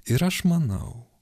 ir aš manau